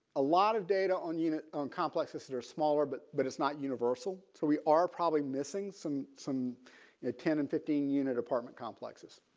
a lot of data on unit complexes that are smaller but but it's not universal. so we are probably missing some some ten and fifteen unit apartment complexes.